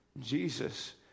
Jesus